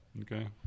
Okay